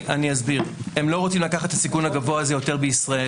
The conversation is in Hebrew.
אני אסביר: הם לא רוצים לקחת את הסיכון הגבוה הזה יותר בישראל.